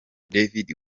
david